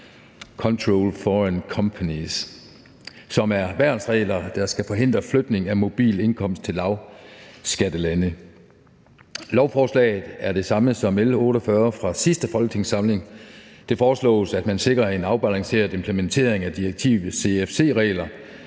controlled foreign companies, som er værnsregler, der skal forhindre flytning af mobil indkomst til lavskattelande. Lovforslaget er det samme som L 48 fra sidste folketingssamling. Det foreslås, at man sikrer en afbalanceret implementering af direktivets CFC-regler,